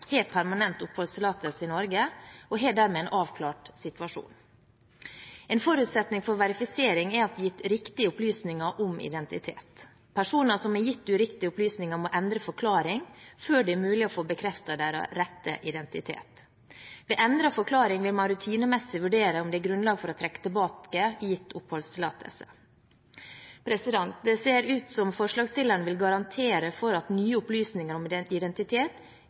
har permanent oppholdstillatelse i Norge, og har dermed en avklart situasjon. En forutsetning for verifisering er at det er gitt riktige opplysninger om identitet. Personer som har gitt uriktige opplysninger, må endre forklaring før det er mulig å få bekreftet deres rette identitet. Ved endret forklaring vil man rutinemessig vurdere om det er grunnlag for å trekke tilbake gitt oppholdstillatelse. Det ser ut som om forslagsstillerne vil garantere for at nye opplysninger om identitet